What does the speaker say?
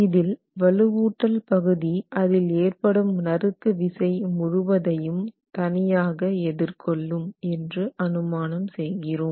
இதில் வலுவூட்டல் பகுதி அதில் ஏற்படும் நறுக்கு விசை முழுவதையும் தனியாக எதிர்கொள்ளும் என்று அனுமானம் செய்கிறோம்